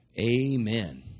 Amen